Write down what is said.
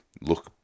look